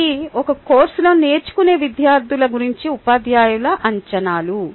ఇది ఒక కోర్సులో నేర్చుకునే విద్యార్థుల గురించి ఉపాధ్యాయుల అంచనాలు